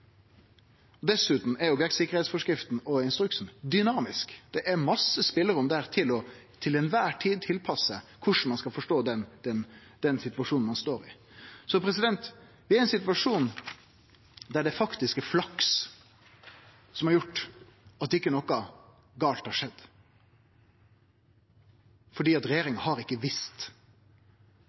Og dessutan er objektsikringsforskrifta og -instruksen dynamisk – det er masse spelerom der for til kvar tid å tilpasse korleis ein skal forstå den situasjonen ein står i. Det er ein situasjon der det faktisk er flaks som har gjort at ikkje noko gale har skjedd, for regjeringa har ikkje